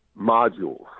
modules